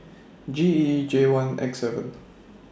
G E J one X seven